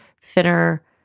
thinner